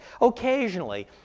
occasionally